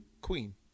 Queen